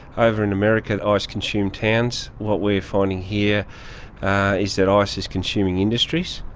over in america, ah ice consumed towns, what we're finding here is that ice is consuming industries.